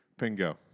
Pingo